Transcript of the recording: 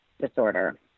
disorder